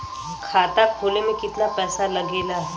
खाता खोले में कितना पैसा लगेला?